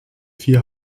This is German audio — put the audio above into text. vier